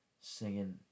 singing